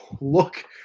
look